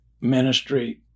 ministry